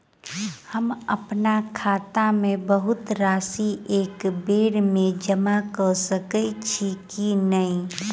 हम अप्पन खाता मे बहुत राशि एकबेर मे जमा कऽ सकैत छी की नै?